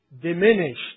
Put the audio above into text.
diminished